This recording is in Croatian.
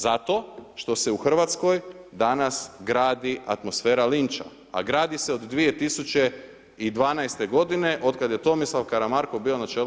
Zato što se u Hrvatskoj danas gradi atmosfera linča, a gradi se od 2012. godine od kad je Tomislav Karamarko bio na čelu